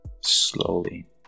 slowly